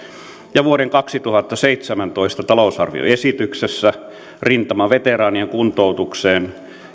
ja vuoden kaksituhattaseitsemäntoista talousarvioesityksessä rintamaveteraanien kuntoutukseen